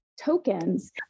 tokens